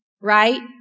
right